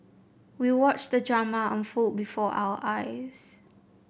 we watched the drama unfold before our eyes